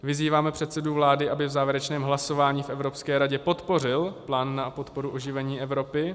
Vyzýváme předsedu vlády, aby v závěrečném hlasování v Evropské radě podpořil Plán na podporu oživení Evropy.